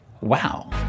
wow